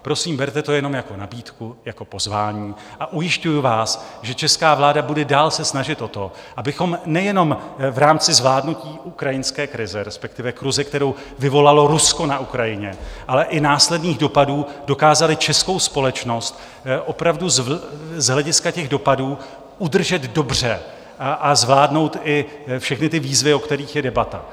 Prosím, berte to jenom jako nabídku, jako pozvání, a ujišťuji vás, že česká vláda se bude dál snažit o to, abychom nejenom v rámci zvládnutí ukrajinské krize, respektive krize, kterou vyvolalo Rusko na Ukrajině, ale i následných dopadů dokázali českou společnost opravdu z hlediska těch dopadů udržet dobře a zvládnout i všechny ty výzvy, o kterých je debata.